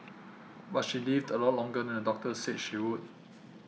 but she lived a lot longer than the doctor said she would